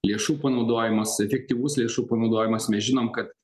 lėšų panaudojimas efektyvus lėšų panaudojimas mes žinom kad